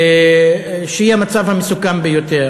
שהיא המצב המסוכן ביותר.